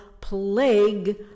plague